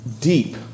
deep